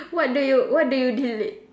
what do you what do you delete